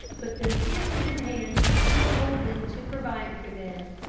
put them into their hands, and told them to provide for them.